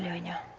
yeah tanya